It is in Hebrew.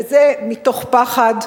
וזה מתוך פחד.